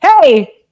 hey